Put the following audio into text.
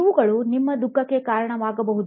ಇವುಗಳು ನಿಮ್ಮ ದುಃಖಕ್ಕೆ ಕಾರಣವಾಗಬಹುದು